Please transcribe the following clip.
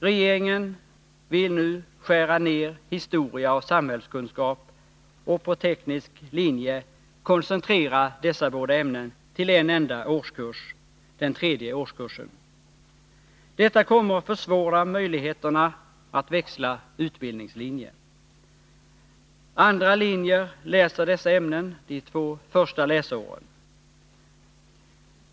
Regeringen vill nu skära ner historia och samhällskunskap och på teknisk linje koncentrera dessa båda ämnen till en enda årskurs, den tredje årskursen. Detta kommer att försvåra möjligheterna att växla utbildningslinje. Andra linjer läser dessa ämnen de två första läsåren.